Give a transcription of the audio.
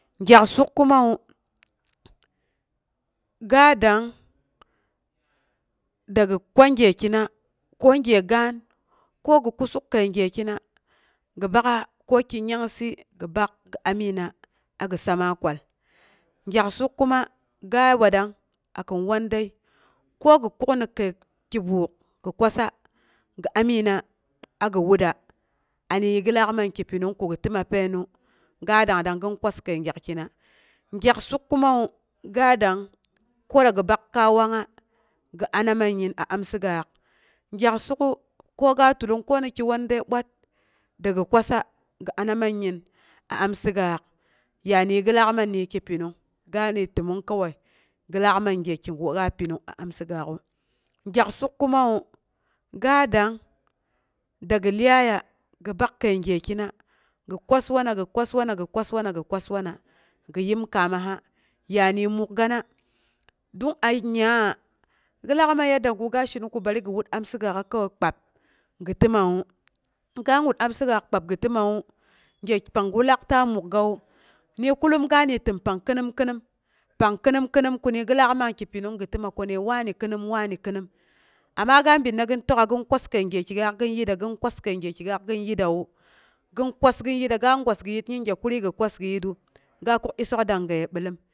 Gyak suk kumawu, ga dangng, dagi kwa gyekina ko gye gaan ko gi kusuk kəi gyekwa gi bak'a ko ki nyangsɨ gi bak gi amiina a gi sama kwal, gyak suk kuma ga watrang a kin wandəi ko gi kukni kəi ki buk gi kwasa gi amiina agi wutda. Amihi gi laak man ki təmong kogi təma painu ga dang dangngin kwas kəi gyakina, gyak suk kuma wu, ga dangng ko digi bak kai wnagnga gi ana mangi a amsɨgaak, ayak suk'u, koga talung koniki wandei bwat dagi kwarsa gi ana mangin a amsɨgaak, ya de gillaak kan de ki pinung, ga de təmmong kowai gi laak man gyeki gu ga a pinung a awigaaa'u. Gyak suk sumawu, ga dangng dag, lyaiya, gi bak kəi gyekin gi kwas- wana- gikwaswana gi kwas wana gi yenkamaha. Ya ni mukgana dan a nyingnyawa gi laak man yada gu ga sheneng ko bari gi wur amsɨgaalea kowai kpab gi təmawu, ga wu amsgak kpab gi təmawu gya panggu laak ta mukgawu nikullum ga de təm pang kɨnim kɨnam, pang kɨnun- kɨnum ku de gilaak man ki pinung gi təma ko de wani kɨnum wani kɨnum. Amma gabin gin tək'a gin kwas, kəi gyeki gaak gin yitra, gin kwas kəi gye kigaak gin yi trawu, gin kwas gin yiɨn ga gwas gi yit yinge kurii gi kwas gi yitru, ga kuk kurii kwas gi mblum.